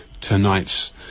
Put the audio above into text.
tonight's